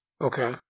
Okay